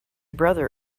brother